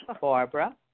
Barbara